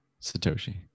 Satoshi